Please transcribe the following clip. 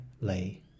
lay